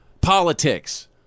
politics